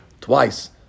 twice